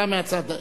אתה מהצד.